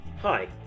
Hi